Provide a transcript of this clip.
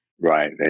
Right